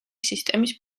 სისტემის